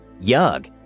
Yug